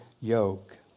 yoke